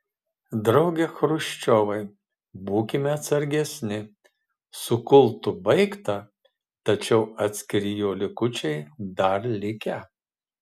drauge chruščiovai būkime atsargesni su kultu baigta tačiau atskiri jo likučiai dar likę